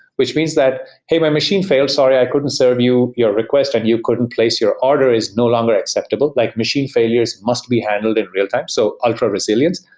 which means that, hey, my machine failed. sorry, i couldn't serve you your request and you couldn't place your order. it's no longer acceptable. like machine failures must be handled in real-time. so ultra-resilience.